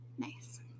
Nice